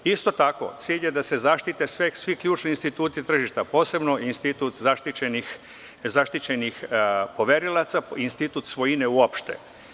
Isto tako, cilj je da se zaštite svi ključni instituti tržišta, posebno institut zaštićenih poverilaca, institut svojine uopšte.